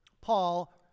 Paul